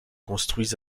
construits